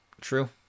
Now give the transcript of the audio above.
True